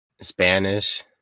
Spanish